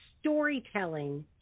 storytelling